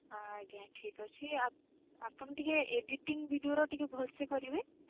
ହଁ ଆଜ୍ଞା ଠିକ୍ ଅଛି ଆପଣ ଟିକିଏ ଏଡ଼ିଟିଂ ଭିଡ଼ିଓର ଟିକିଏ ଭଲସେ କରିବେ